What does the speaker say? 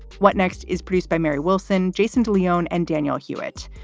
what next is produced by mary wilson, jason de leon and daniel hewitt.